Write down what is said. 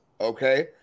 Okay